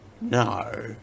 No